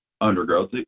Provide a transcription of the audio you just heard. undergrowth